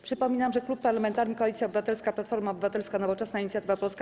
Przypominam, że Klub Parlamentarny Koalicja Obywatelska - Platforma Obywatelska, Nowoczesna, Inicjatywa Polska,